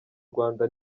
rwanda